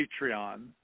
Patreon